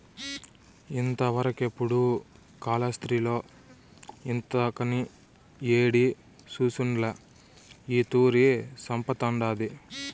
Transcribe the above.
ఇంతవరకెపుడూ కాలాస్త్రిలో ఇంతకని యేడి సూసుండ్ల ఈ తూరి సంపతండాది